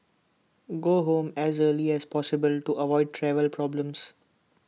go home as early as possible to avoid travel problems